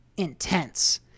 Intense